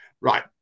Right